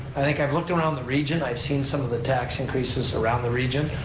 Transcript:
i think, i've looked around the region, i've seen some of the tax increases around the region.